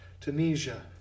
Tunisia